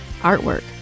Artwork